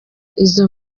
izo